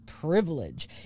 privilege